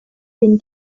been